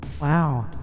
Wow